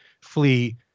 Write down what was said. flee